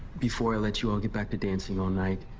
before i let you all get back to dancing all night,